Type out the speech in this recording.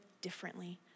differently